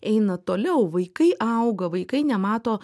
eina toliau vaikai auga vaikai nemato